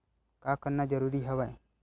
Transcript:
का करना जरूरी हवय?